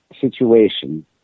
situation